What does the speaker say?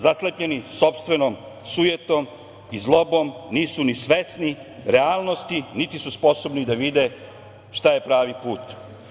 Zaslepljeni sopstvenom sujetom i zlobom nisu ni svesni realnosti niti su sposobni da vide šta je pravi put.